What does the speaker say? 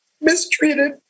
mistreated